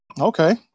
Okay